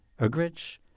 Ugrich